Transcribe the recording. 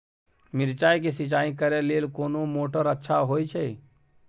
मिर्चाय के सिंचाई करे लेल कोन मोटर अच्छा होय छै?